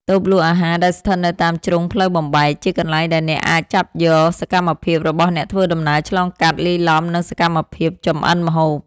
តូបលក់អាហារដែលស្ថិតនៅតាមជ្រុងផ្លូវបំបែក ជាកន្លែងដែលអ្នកអាចចាប់យកសកម្មភាពរបស់អ្នកធ្វើដំណើរឆ្លងកាត់ លាយឡំនឹងសកម្មភាពចម្អិនម្ហូប។